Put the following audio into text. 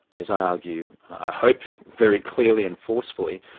as i argue i hope very clearly and forcefully,